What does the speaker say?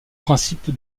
principe